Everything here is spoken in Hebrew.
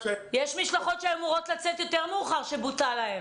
יש משלחות שהיו אמורות לצאת מאוחר יותר ובוטל להן.